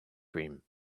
cream